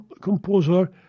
composer